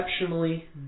exceptionally